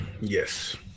Yes